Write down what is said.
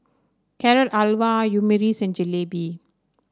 Carrot Halwa Omurice and Jalebi